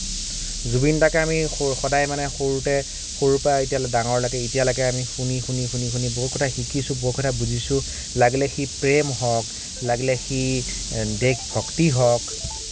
জুবিনদাকে আমি সৰু সদায় মানে সৰুতে সৰুৰ পৰা এতিয়ালৈকে ডাঙৰলৈকে এতিয়ালৈকে আমি শুনি শুনি শুনি শুনি বহুত কথা শিকিছোঁ বহুত কথা বুজিছোঁ লাগিলে সি প্ৰেম হওঁক লাগিলে সি দেশভক্তি হওঁক